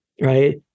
Right